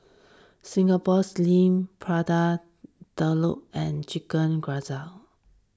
Singapore Sling Prata Telur and Chicken Gizzard